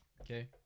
Okay